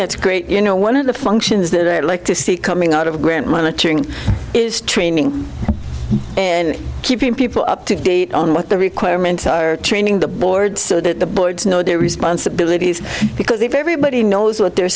that's great you know one of the functions that i'd like to see coming out of grant monitoring is training keeping people up to date on what the requirements are training the board so that the boards know their responsibilities because everybody knows what they're